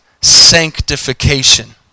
Sanctification